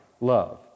love